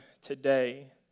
today